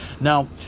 Now